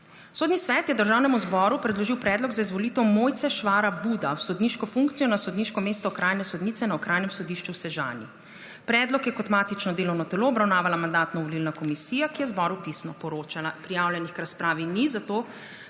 Sodni svet je Državnemu zboru predložil predlog za izvolitev Mojce Švara Buda v sodniško funkcijo na sodniško mesto okrajne sodnice na Okrajnem sodišču v Sežani. Predlog je kot matično delovno telo obravnavala Mandatno-volilna komisija, ki je zboru pisno poročala. Prijavljenih k razpravi ni, zato